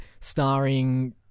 starring